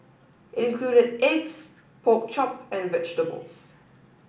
included eggs pork chop and vegetables